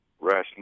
rational